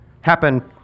happen